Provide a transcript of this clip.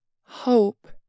hope